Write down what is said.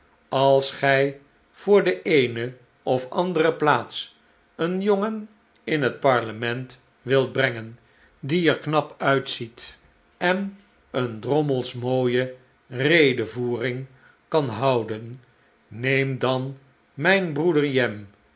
als gij voor de eene of andere plaats een jongen in het parlement wilt brengen die er knap uitziet en eene drommels mooie redevoering kan houden neem dan mijnbroeder jem